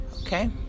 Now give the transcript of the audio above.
Okay